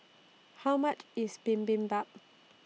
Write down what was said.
How much IS Bibimbap